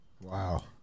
Wow